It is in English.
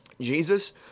Jesus